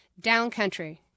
Downcountry